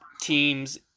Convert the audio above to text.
teams